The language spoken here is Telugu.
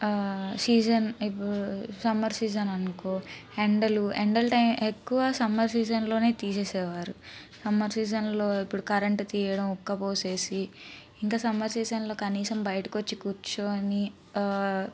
సీజన్ ఇప్పుడు సమ్మర్ సీజన్ అనుకో ఎండలు ఎండలు టైం ఎక్కువగా సమ్మర్ సీజన్లోనే తీసేసేవారు సమ్మర్ సీజన్లో ఇప్పుడు కరెంట్ తీయడం ఉక్క పోసేసి ఇంకా సమ్మర్ సీజన్లో కనీసం బయటకు వచ్చి కూర్చొని